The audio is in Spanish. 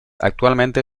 actualmente